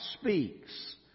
speaks